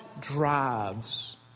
drives